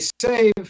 save